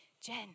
Jen